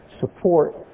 support